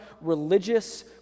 religious